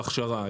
בהכשרה.